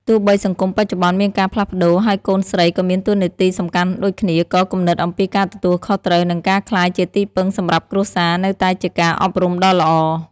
ទោះបីសង្គមបច្ចុប្បន្នមានការផ្លាស់ប្ដូរ ហើយកូនស្រីក៏មានតួនាទីសំខាន់ដូចគ្នា ក៏គំនិតអំពីការទទួលខុសត្រូវ និងការក្លាយជាទីពឹងសម្រាប់គ្រួសារនៅតែជាការអប់រំដ៏ល្អ។